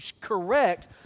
correct